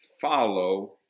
follow